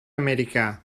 americà